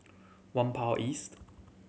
Whampoa East